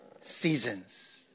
Seasons